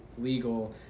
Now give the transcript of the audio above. legal